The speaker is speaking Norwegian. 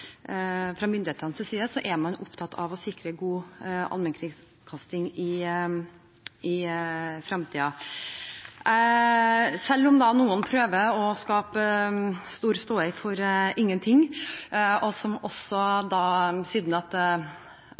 fra myndighetenes side er man opptatt av å sikre god allmennkringkasting i fremtiden. Selv om noen prøver å skape stor ståhei for ingenting – Arbeiderpartiets representanter, særlig representanten Grande, har gått ut i avisene og med brask og bram lansert at